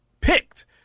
picked